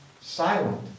silent